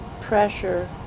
pressure